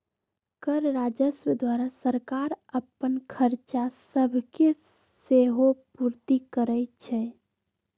कर राजस्व द्वारा सरकार अप्पन खरचा सभके सेहो पूरति करै छै